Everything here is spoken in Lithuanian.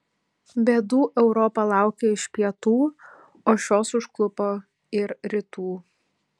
bėdų europa laukė iš pietų o šios užklupo ir rytų